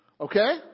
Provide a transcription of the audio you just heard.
Okay